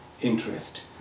interest